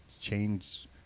change